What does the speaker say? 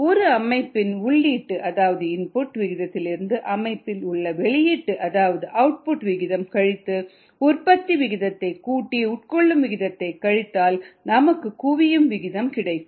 ஒரு அமைப்பின் உள்ளீட்டு அதாவது இன்புட் விகிதத்திலிருந்து அமைப்பில் உள்ள வெளியீட்டு அதாவது அவுட்புட் விகிதம் கழித்து உற்பத்தி விகிதத்தை கூட்டி உட்கொள்ளும் விகிதத்தை கழித்தால் நமக்கு குவியும் விகிதம் கிடைக்கும்